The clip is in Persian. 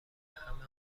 همه